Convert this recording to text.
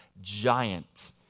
giant